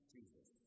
Jesus